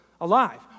alive